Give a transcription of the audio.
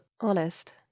honest